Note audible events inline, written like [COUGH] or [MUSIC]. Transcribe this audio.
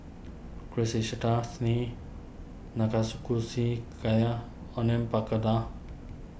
[UNINTELLIGIBLE] Gayu Onion Pakora